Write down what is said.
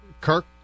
Kirk